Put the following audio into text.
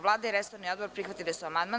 Vlada i resorni odbor prihvatili su amandman.